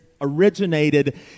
originated